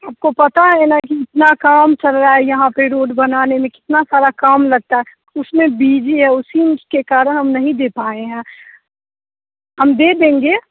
आपको पता है न कि इतना काम चल रहा है यहाँ पर रोड बनाने में कितना सारा काम लगता है उसमें बिजी हैं उसी में उसके कारण हम नहीं दे पाए हैं हम दे देंगे